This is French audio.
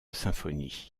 symphonies